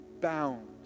bound